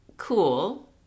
Cool